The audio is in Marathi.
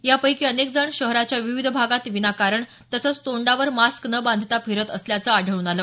यापैकी अनेकजण शहराच्या विविध भागात विनाकारण तसंच तोंडावर मास्क न बांधता फिरत असल्याचं आढळून आलं